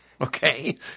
okay